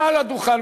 מעל הדוכן,